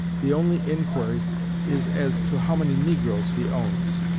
the only inquiry is as to how many negroes he owns